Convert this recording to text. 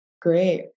Great